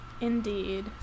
Indeed